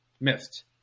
missed